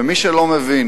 ומי שלא מבין